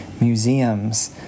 museums